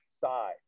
side